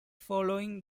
following